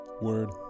Word